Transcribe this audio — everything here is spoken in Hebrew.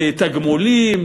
לתגמולים,